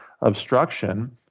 obstruction